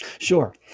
Sure